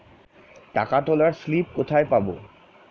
টাকা তোলার স্লিপ কোথায় পাব?